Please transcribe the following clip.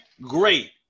great